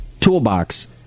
toolbox